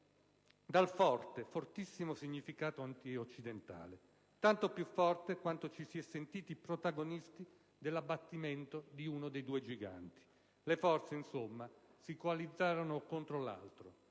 dal fortissimo significato antioccidentale. Tanto più forte quanto ci si è sentiti protagonisti dell'abbattimento di uno dei due giganti. Le forze, insomma, si coalizzarono contro l'altro.